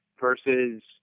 versus